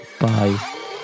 bye